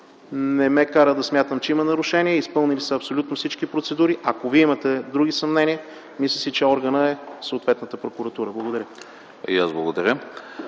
не ме кара да смятам, че има нарушение - изпълнени са абсолютно всички процедури. Ако Вие имате други съмнения, мисля си, че органът е съответната Прокуратура. Благодаря.